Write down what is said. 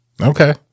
Okay